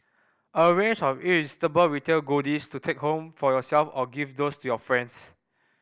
a range of irresistible retail goodies to take home for yourself or gift these to your friends